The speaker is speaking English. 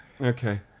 Okay